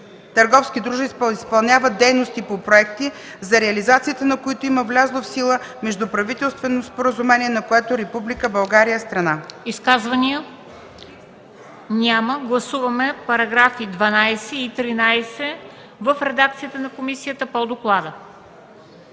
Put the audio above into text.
търговски дружества изпълняват дейности по проекти, за реализацията на които има влязло в сила междуправителствено споразумение, по което Република България е страна.” ПРЕДСЕДАТЕЛ МЕНДА СТОЯНОВА: Изказвания? Няма. Гласуваме параграфи 12 и 13 в редакцията на комисията по доклада.